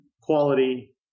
quality